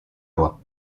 lois